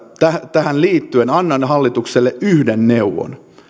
tähän liittyen annan hallitukselle yhden neuvon